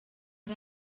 ari